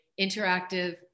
interactive